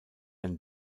ein